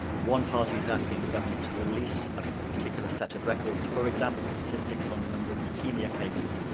one party's asking the government to release a particular set of records, for example statistics on the number of leukaemia cases,